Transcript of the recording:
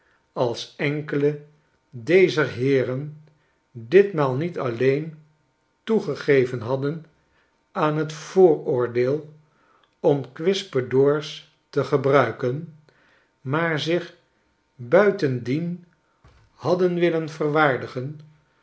als enkele dezer heeren ditmaal niet alleen toegegeven hadden aan t vooroordeel om kwispedoors te gebruiken maar zich buitendien hadden willen verwaardigen